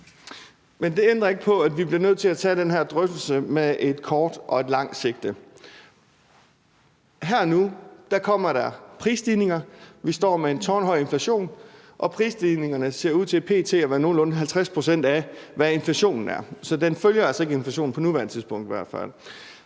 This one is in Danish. Men det ændrer ikke på, at vi bliver nødt til at tage den her drøftelse både kortsigtet og langsigtet . Her og nu kommer der prisstigninger. Vi står med en tårnhøj inflation, og prisstigningerne ser ud til p.t. at være nogenlunde 50 pct. af, hvad inflationen er. Så den følger altså i hvert fald ikke inflationen på nuværende tidspunkt. Dernæst